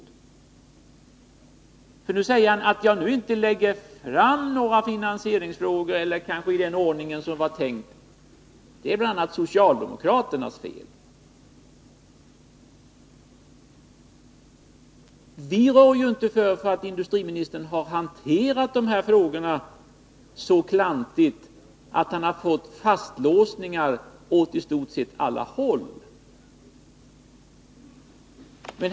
Nu säger industriministern att han inte kan lägga fram några finansiella frågor i den ordning som var tänkt och att det bl.a. är socialdemokraternas fel. Men vi rår inte för att industriministern har hanterat dessa frågor så klantigt att han har fått fastlåsningar åt i stort sett alla håll.